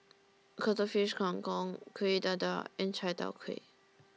Cuttlefish Kang Kong Kuih Dadar and Chai Tow Kuay